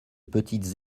petites